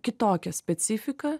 kitokia specifika